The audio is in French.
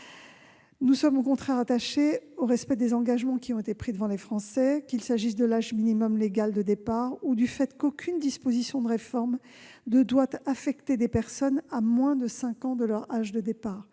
nous sommes attachés au respect des engagements pris devant les Français, qu'il s'agisse de l'âge minimum légal de départ ou du fait qu'aucune disposition des réformes à venir ne doit affecter des personnes à moins de cinq ans de leur âge de départ